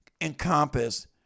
encompass